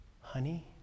Honey